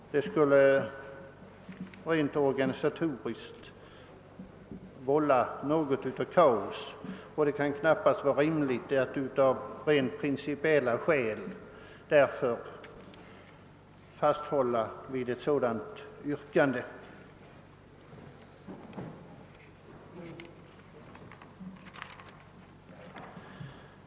Rent organisatoriskt skulle det vålla något av kaos, och det kan knappast vara rimligt att man av rent principiella skäl fasthåller vid ett sådant yrkande.